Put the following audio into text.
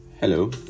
hello